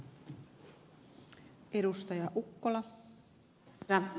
arvoisa puhemies